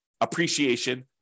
appreciation